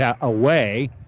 away